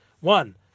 One